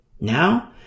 now